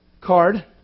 card